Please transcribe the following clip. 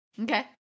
Okay